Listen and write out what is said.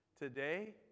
today